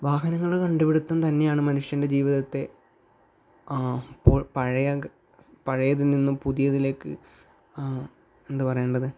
വാഹനങ്ങളുടെ കണ്ടുപിടുത്തം തന്നെയാണ് മനുഷ്യൻ്റെ ജീവിതത്തെ ഇപ്പോൾ പഴയ പഴയതിൽ നിന്നും പുതിയതിലേക്ക് എന്താണ് പറയേണ്ടത്